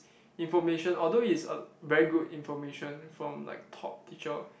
information although is a very good information from like top teacher